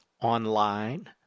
Online